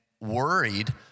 worried